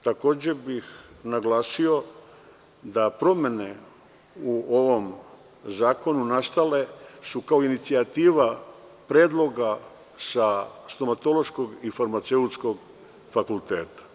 Takođe bih naglasio da su promene u ovom zakonu nastale kao inicijativa predloga sa stomatološkog i farmaceutskog fakulteta.